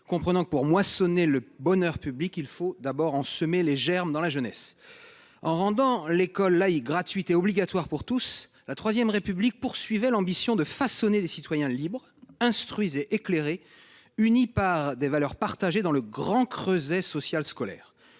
comprenant que pour moissonner le bonheur public, il faut d'abord en semer les germes dans la jeunesse en rendant l'école laïque, gratuite et obligatoire pour tous la 3ème République poursuivait l'ambition de façonner des citoyens libres instruisez éclairé unis par des valeurs partagées dans le grand creuset social scolaire